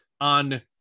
on